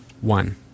one